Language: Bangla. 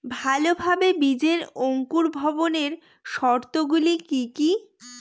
ভালোভাবে বীজের অঙ্কুর ভবনের শর্ত গুলি কি কি?